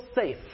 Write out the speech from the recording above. safe